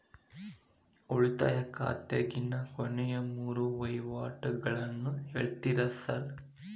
ಉಳಿತಾಯ ಖಾತ್ಯಾಗಿನ ಕೊನೆಯ ಮೂರು ವಹಿವಾಟುಗಳನ್ನ ಹೇಳ್ತೇರ ಸಾರ್?